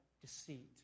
deceit